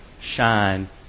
shine